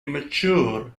mature